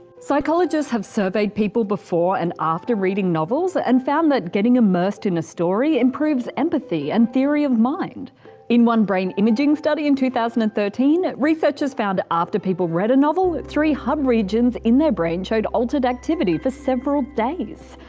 psychologists have surveyed people before and after reading novels ah and found getting immersed in a story improves empathy and theory-of-mind. in one brain imaging study in two thousand and thirteen, researchers found after people read a novel, three hub regions in their brain show altered activity for several days.